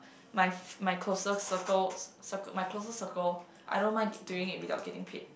my f~ my closer circle my closer circle I don't mind doing it without getting paid